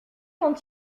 quand